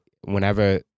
whenever